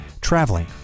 traveling